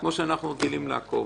כמו שאנחנו רגילים לעקוב.